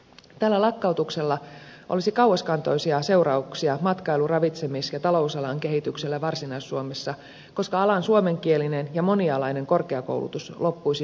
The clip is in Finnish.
tällä lakkautuksella olisi kauaskantoisia seurauksia matkailu ravitsemis ja talousalan kehitykselle varsinais suomessa koska alan suomenkielinen ja monialainen korkeakoulutus loppuisi maakunnastamme kokonaan